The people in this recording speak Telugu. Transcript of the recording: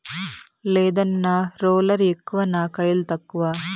లేదన్నా, రోలర్ ఎక్కువ నా కయిలు తక్కువ